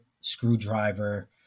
screwdriver